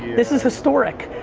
this is historic.